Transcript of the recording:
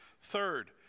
Third